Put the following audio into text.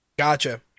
Gotcha